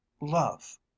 love